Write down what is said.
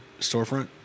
storefront